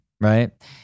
right